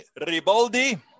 Ribaldi